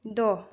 द'